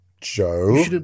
Joe